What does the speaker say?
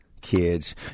Kids